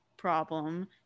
problem